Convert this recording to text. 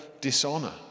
dishonor